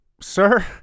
sir